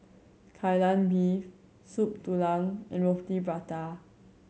Kai Lan Beef Soup Tulang and Roti Prata